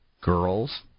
girls